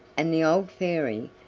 and the old fairy,